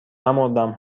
نمـردم